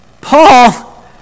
Paul